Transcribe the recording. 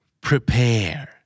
Prepare